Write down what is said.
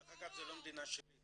דרך אגב זו לא מדינה שלי,